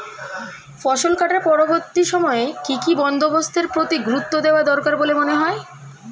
ফসল কাটার পরবর্তী সময়ে কি কি বন্দোবস্তের প্রতি গুরুত্ব দেওয়া দরকার বলে মনে হয়?